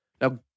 Now